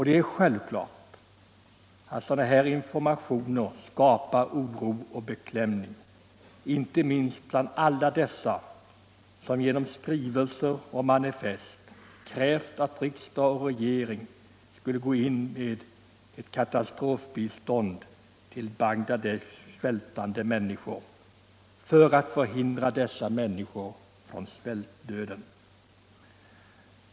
Det är självklart att sådana informationer skapar oro och beklämning, inte minst bland alla dem som i skrivelser och manifest krävt att riksdag och regering skulle gå in med ett katastrofbistånd till Bangladeshs svältande människor för att rädda dessa människor från svältdöden.